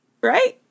Right